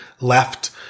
left